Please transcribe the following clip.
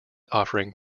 offering